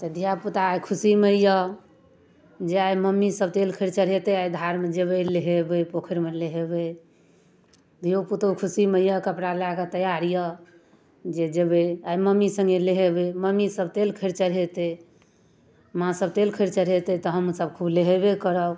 तऽ धिआपुताके खुशीमे अइ जे आइ मम्मीसभ तेल खरि चढ़ेतै आइ धारमे जेबै नहेबै पोखैरिमे नहेबै धिओपुतो खुशीमे अइ कपड़ा लऽ कऽ तैआर अइ जे जेबै आइ मम्मी सङ्गे नहेबै मम्मीसभ तेल खरि चढ़ेतै माँसभ तेल खरि चढ़ेतै तऽ हमसभ खूब नहेबे करब